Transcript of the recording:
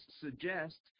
suggest